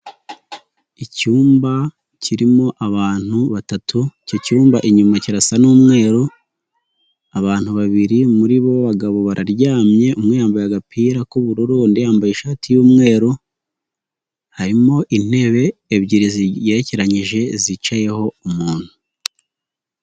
Icyumba kirimo abantu batatu icyo cyumba inyuma kirasa n'umweru, abantu babiri muri bo b'abagabo bararyamye, umwe yambaye agapira k'ubururu undi yambaye ishati y'umweru, harimo intebe ebyiri zigerekeranyije zicayeho umuntu.